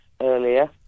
earlier